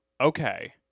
okay